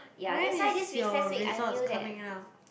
when is your results coming out